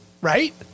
right